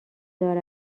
دار